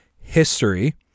history